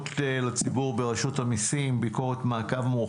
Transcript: נפתח את הדיון בנושא השירות לציבור ברשות המיסים ביקורת מעקב מורחבת.